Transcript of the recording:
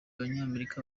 abanyamerika